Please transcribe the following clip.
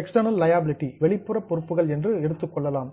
external liabilities வெளிப்புற பொறுப்புகள் என்று எடுத்துக்கொள்ளலாம்